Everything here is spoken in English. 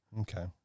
Okay